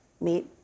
meet